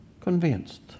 convinced